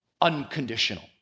unconditional